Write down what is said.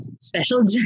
special